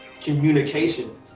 communication